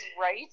right